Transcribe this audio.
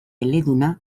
eleduna